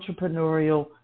entrepreneurial